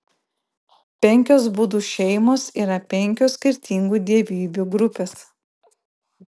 penkios budų šeimos yra penkios skirtingų dievybių grupės